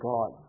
God